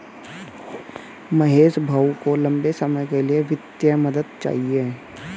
महेश भाऊ को लंबे समय के लिए वित्तीय मदद चाहिए